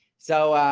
so